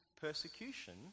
persecution